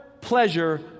pleasure